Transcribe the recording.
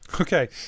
Okay